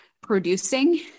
producing